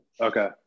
okay